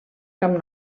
camp